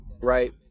Right